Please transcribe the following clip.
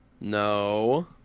No